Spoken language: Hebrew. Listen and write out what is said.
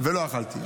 ולא אכלתי.